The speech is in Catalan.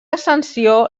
ascensió